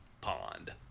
pond